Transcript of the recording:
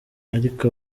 ariko